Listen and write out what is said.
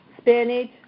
Spinach